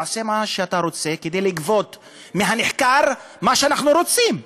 תעשה מה שאתה רוצה כדי לגבות מהנחקר מה שאנחנו רוצים.